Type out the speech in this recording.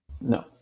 No